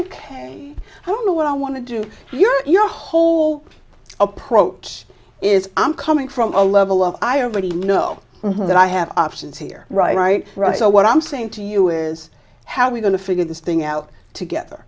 ok i don't know what i want to do your your whole approach is i'm coming from a level of i already know that i have options here right right right so what i'm saying to you is how we going to figure this thing out together